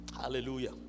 Hallelujah